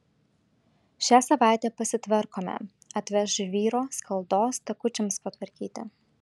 šią savaitę pasitvarkome atveš žvyro skaldos takučiams patvarkyti